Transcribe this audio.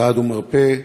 "סעד ומרפא",